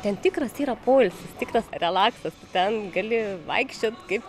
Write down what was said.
ten tikras yra poilsis tikras relaksas tu ten gali vaikščiot kaip